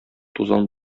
тузан